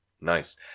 Nice